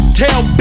tell